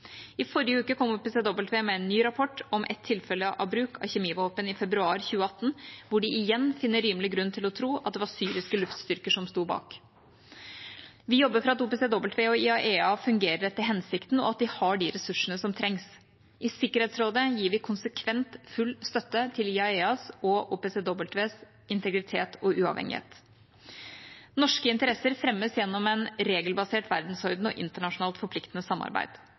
I forrige uke kom OPCW med en ny rapport om et tilfelle av bruk av kjemivåpen i februar 2018, og de finner igjen rimelig grunn til å tro at det var syriske luftstyrker som sto bak. Vi jobber for at OPCW og IAEA fungerer etter hensikten, og at de har de ressursene som trengs. I Sikkerhetsrådet gir vi konsekvent full støtte til IAEAs og OPCWs integritet og uavhengighet. Norske interesser fremmes gjennom en regelbasert verdensorden og internasjonalt forpliktende samarbeid.